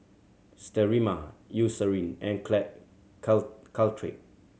Sterimar Eucerin and Caltrate